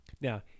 Now